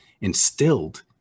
instilled